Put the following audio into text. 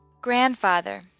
Grandfather